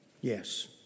Yes